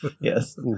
Yes